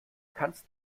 kannst